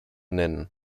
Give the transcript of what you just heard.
nennen